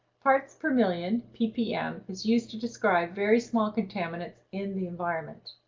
parts per million, ppm, is used to describe very small contaminants in the environment.